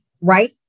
right